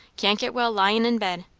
can't get well lying in bed.